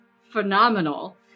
phenomenal